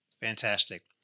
Fantastic